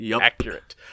accurate